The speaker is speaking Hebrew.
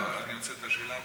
לא, אני רוצה את השאלה הבאה.